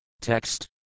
Text